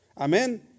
Amen